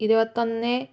ഇരുപത്തൊന്ന്